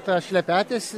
tą šlepetės